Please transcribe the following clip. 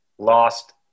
lost